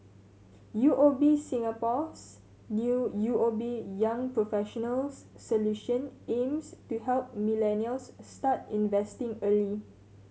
U O B Singapore's new U O B Young Professionals Solution aims to help millennials start investing early